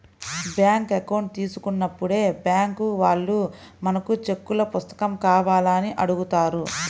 bank account తీసుకున్నప్పుడే bank వాళ్ళు మనకు చెక్కుల పుస్తకం కావాలా అని అడుగుతారు